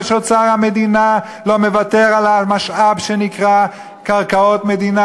שאוצר המדינה לא מוותר על המשאב שנקרא קרקעות מדינה,